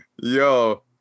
Yo